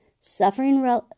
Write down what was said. suffering